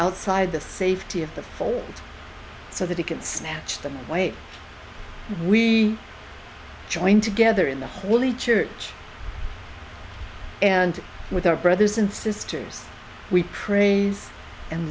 outside the safety of the fold so that he can snatch them away we join together in the holy church and with our brothers and sisters we praise and